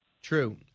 True